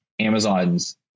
Amazon's